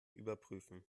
überprüfen